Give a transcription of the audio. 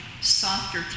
softer